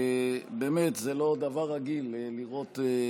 באמת, זה לא דבר רגיל לראות,